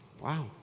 Wow